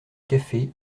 café